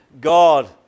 God